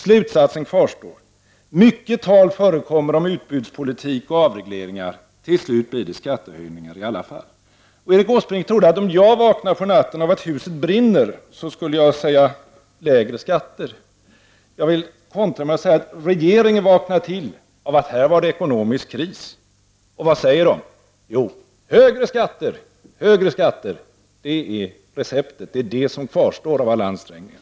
Slutsatsen kvarstår: mycket tal förekommer om utbudspolitik och avregleringar, men till slut blir det i alla fall skattehöjningar. Erik Åsbrink trodde att jag om jag vaknar på natten av att huset brinner kommer att säga: Lägre skatter. Jag vill kontra med att säga att regeringen vaknar av att det är ekonomisk kris. Och vad säger den? Jo: Högre skatter, högre skatter! Det är receptet. Det är det som kvarstår av alla ansträngningar.